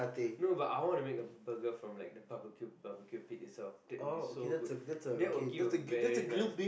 no but I want to make a burger from like the barbecue the barbecue pit itself that would be so good that would give a very nice